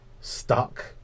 stuck